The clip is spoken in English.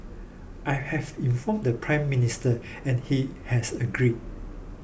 I have informed the Prime Minister and he has agreed